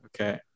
okay